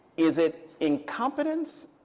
is it incompetence,